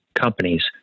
companies